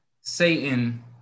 Satan